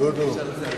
אי-אפשר לסרב.